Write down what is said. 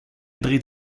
dreht